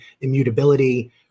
immutability